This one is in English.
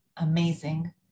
Amazing